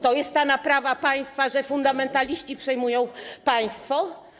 To jest ta naprawa państwa, że fundamentaliści przejmują państwo?